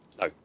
No